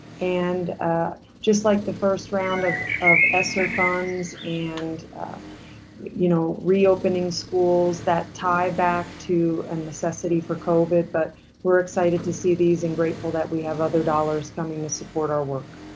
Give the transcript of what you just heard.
and just like the first round of of essar funds, and you know, reopening schools that tie back to a necessity for covid. but we're excited to see these and grateful that we have other dollars coming to support our work.